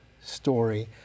story